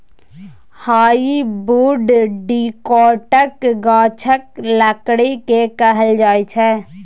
hardwood डिकौटक गाछक लकड़ी केँ कहल जाइ छै